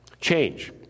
Change